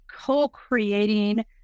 co-creating